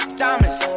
diamonds